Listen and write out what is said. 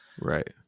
Right